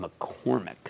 McCormick